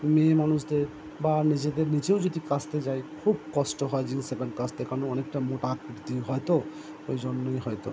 মেয়েমানুষদের বা নিজেদের নিজেও যদি কাচতে যাই খুব কষ্ট হয় জিন্সের প্যান্ট কাচতে কারণ অনেকটা মোটা হয় তো ওই জন্যই হয়তো